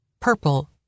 purple